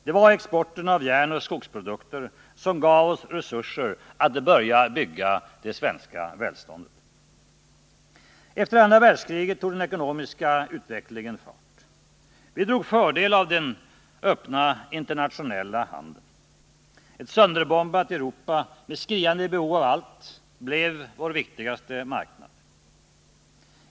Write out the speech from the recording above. Det var exporten av järnoch skogsprodukter som gav oss resurser att börja bygga det svenska välståndet. Efter andra världskriget tog den ekonomiska utvecklingen fart. Vi drog fördel av den öppna internationella handeln. Ett sönderbombat Europa med skriande behov av allt blev vår viktigaste marknad.